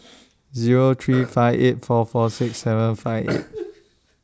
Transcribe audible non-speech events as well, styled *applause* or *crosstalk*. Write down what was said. *noise* *noise* Zero three five eight four four six seven five eight